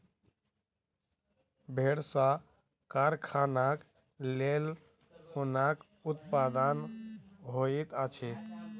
भेड़ सॅ कारखानाक लेल ऊनक उत्पादन होइत अछि